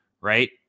right